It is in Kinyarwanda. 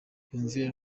yumviye